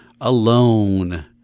alone